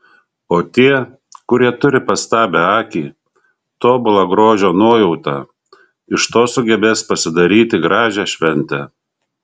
o tie kurie turi pastabią akį tobulą grožio nuojautą iš to sugebės pasidaryti gražią šventę